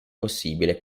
possibile